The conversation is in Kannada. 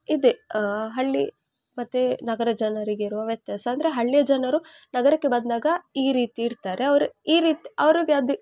ಇದೆ ಹಳ್ಳಿ ಮತ್ತು ನಗರ ಜನರಿಗಿರುವ ವ್ಯತ್ಯಾಸ ಅಂದರೆ ಹಳ್ಳಿಯ ಜನರು ನಗರಕ್ಕೆ ಬಂದಾಗ ಈ ರೀತಿ ಇರ್ತಾರೆ ಅವ್ರು ಈ ರೀತಿ ಅವರಿಗೆ ಅದು